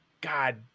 God